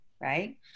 right